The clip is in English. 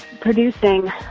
producing